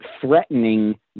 threatening